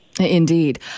Indeed